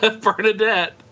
Bernadette